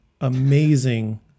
amazing